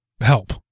help